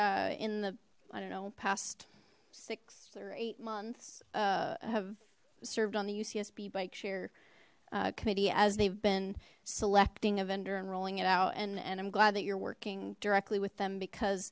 i in the i don't know past sixth or eight months have served on the ucsb bike share committee as they've been selecting a vendor and rolling it out and and i'm glad that you're working directly with them because